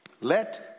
Let